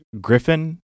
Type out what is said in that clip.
Griffin